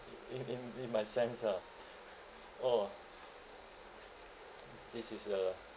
in in in my sense ah orh this is a